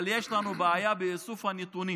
אבל יש לנו בעיה באיסוף הנתונים,